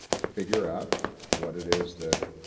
figure out what it is that